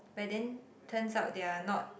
but then turns out they are not